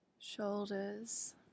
shoulders